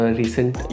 recent